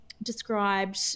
described